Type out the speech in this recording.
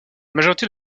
majorité